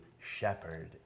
shepherd